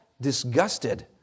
disgusted